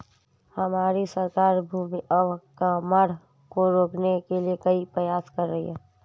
हमारी सरकार भूमि अवक्रमण को रोकने के लिए कई प्रयास कर रही है